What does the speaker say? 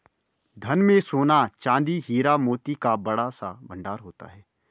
धन में सोना, चांदी, हीरा, मोती का बड़ा सा भंडार होता था